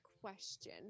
question